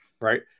Right